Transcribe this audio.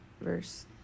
verse